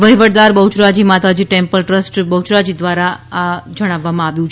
વહીવટીદાર Bahucharaji Mataji temple trust Becharaji દ્રારા જણાવવામાં આપેલ છે